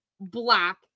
black